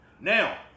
Now